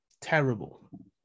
terrible